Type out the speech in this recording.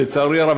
לצערי רב,